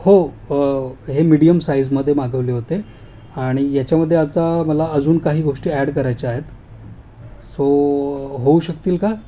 हो हे मिडियम साईजमध्ये मागवले होते आणि याच्यामध्ये आजा मला अजून काही गोष्टी ॲड करायच्या आहेत सो होऊ शकतील का